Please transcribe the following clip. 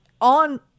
on